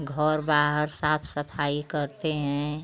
घर बाहर साफ सफाई करते हैं